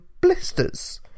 blisters